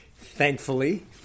Thankfully